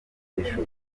ibikoresho